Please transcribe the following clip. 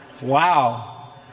Wow